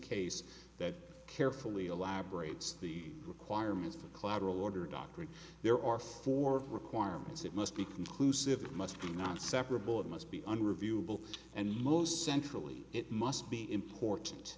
case that carefully elaborates the requirements for collateral order doctorate there are four requirements that must be conclusive it must be not separable it must be under review and most centrally it must be important